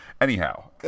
anyhow